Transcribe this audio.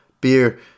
beer